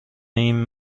این